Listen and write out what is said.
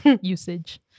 usage